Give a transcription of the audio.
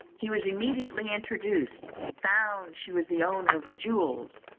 he was immediately introduced, found she was the owner of the jewels,